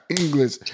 English